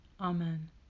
amen